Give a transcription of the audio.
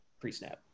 pre-snap